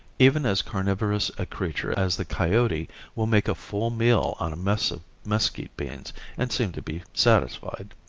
even as carnivorous a creature as the coyote will make a full meal on a mess of mesquite beans and seem to be satisfied.